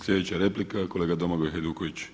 Sljedeća replika kolega Domagoj Hajduković.